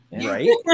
Right